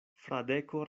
fradeko